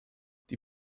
die